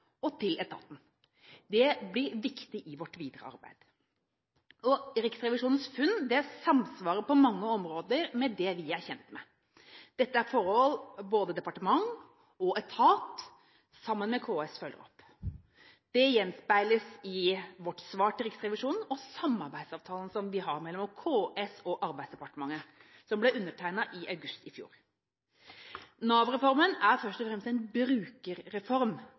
og til etaten. Det blir viktig i vårt videre arbeid. Riksrevisjonens funn samsvarer på mange områder med det vi er kjent med. Dette er forhold både departement og etat sammen med KS følger opp. Det gjenspeiles i vårt svar til Riksrevisjonen og samarbeidsavtalen som vi har mellom KS og Arbeidsdepartementet, som ble undertegnet i august i fjor. Nav-reformen er først og fremst en brukerreform,